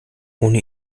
ohne